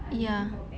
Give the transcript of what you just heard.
ya